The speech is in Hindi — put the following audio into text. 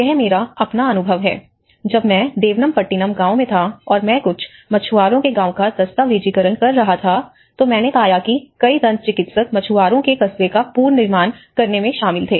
यह मेरा अपना अनुभव है जब मैं देवनमपट्टिनम गाँव में था और मैं कुछ मछुआरों के गाँवों का दस्तावेजीकरण कर रहा था तो मैंने पाया कि कई दंत चिकित्सक मछुआरों के कस्बे का पुनर्निर्माण करने में शामिल हैं